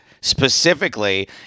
specifically